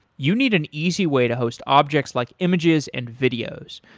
you need an easy way to host objects like images and videos.